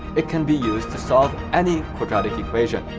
it can be used to solve any quadratic equation.